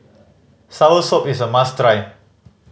soursop is a must try